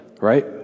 right